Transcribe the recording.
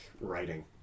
writing